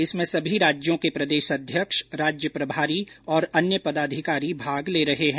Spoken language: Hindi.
इसमें सभी राज्यों के प्रदेश अध्यक्ष राज्य प्रभारी और अन्य पदाधिकारी भाग ले रहे है